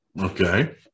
Okay